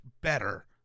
better